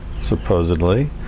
Supposedly